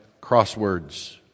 crosswords